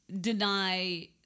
deny